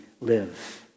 live